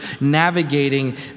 navigating